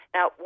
Now